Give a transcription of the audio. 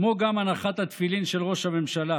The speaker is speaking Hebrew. כמו גם הנחת התפילין של ראש הממשלה,